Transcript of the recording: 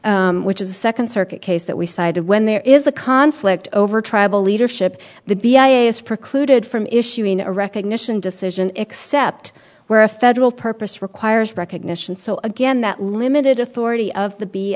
that which is the second circuit case that we cited when there is a conflict over tribal leadership the b a s precluded from issuing a recognition decision except where a federal purpose requires recognition so again that limited authority of the